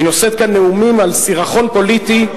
היא נושאת כאן נאומים על סירחון פוליטי.